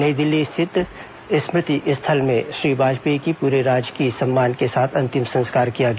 नई दिल्ली स्थित स्मृति स्थल में श्री वाजपेयी की पूरे राजकीय सम्मान के साथ अंतिम संस्कार किया गया